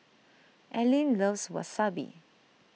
Allyn loves Wasabi